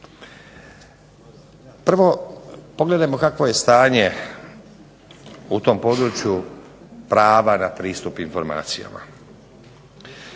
Prvo pogledajmo kakvo je stanje u tom području prava na pristup informacijama.